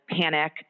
panic